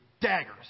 daggers